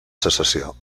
secessió